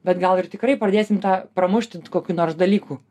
bet gal ir tikrai pradėsim tą pramušti kokių nors dalykų